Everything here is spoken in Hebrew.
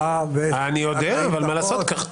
אני נמצא פה שעה וארבעים דקות,